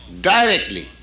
directly